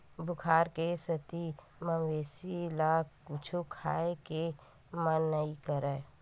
बुखार के सेती मवेशी ल कुछु खाए के मन नइ करय